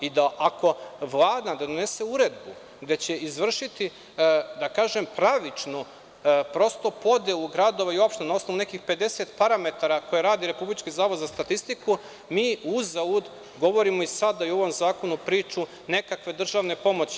Ako Vlada donese uredbu gde će izvršiti, da kažem, pravičnu, podelu gradova i opština na osnovu nekih 50 parametara koje radi Republički zavod za statistiku, mi uzalud govorimo i sada i u ovom zakonu priču nekakve državne pomoći.